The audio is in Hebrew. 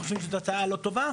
אנחנו חושבים שזו הצעה לא טובה.